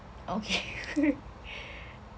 okay